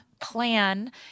plan